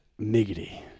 Miggity